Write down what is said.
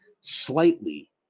slightly